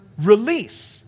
release